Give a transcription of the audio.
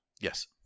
Yes